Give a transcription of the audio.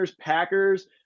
Packers